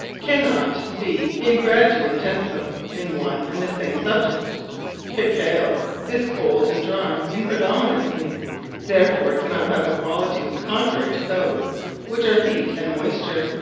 cannot be in gradu intenso, in one and the same subject cacao is cold and drie, in predominency therefore, it cannot have the qualities contrary to those which are heat, and moysture.